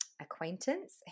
acquaintance